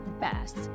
best